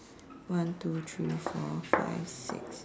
one two three four five six